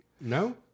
No